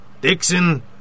Dixon